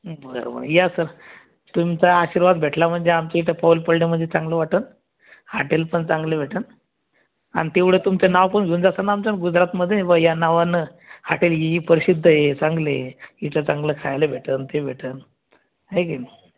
बर बर या सर तुमचा आशीर्वाद भेटला म्हणजे आमची इथं पौल पल्डे म्हणजे चांगलं वाटेल हाटेल पण चांगलं भेटेन आणि तेवढं तुमचं नाव पण होऊन जात ना आमचं गुजरात मध्ये ह्या नावानं हाटेल हि हि प्रसिद्धए चांगलंए तिथं चांगलं खायला भेटन ते भेटन हाय कि नाही